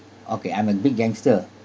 okay I'm the big gangster